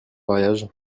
mariage